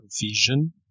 vision